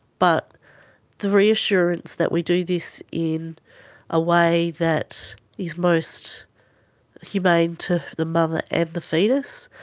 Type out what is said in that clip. but the reassurance that we do this in a way that is most humane to the mother and the fetus,